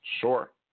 Sure